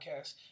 podcast